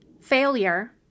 failure